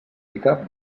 indica